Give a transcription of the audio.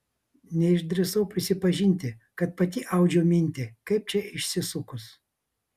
neišdrįsau prisipažinti kad pati audžiu mintį kaip čia išsisukus